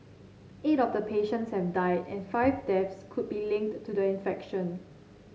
eight of the patients have died and five deaths could be linked to do the infection